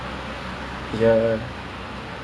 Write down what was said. like I want to be rural